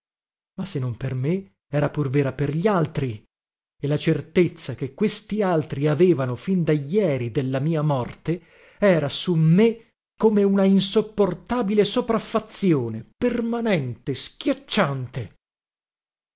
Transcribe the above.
ma se non per me era pur vera per gli altri e la certezza che questi altri avevano fin da jeri della mia morte era su me come una insopportabile sopraffazione permanente schiacciante